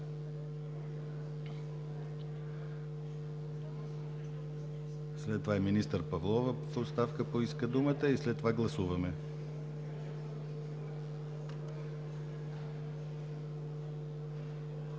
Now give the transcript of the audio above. След това и министър Павлова в оставка поиска думата, и след това гласуваме.